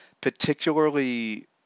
particularly